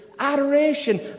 adoration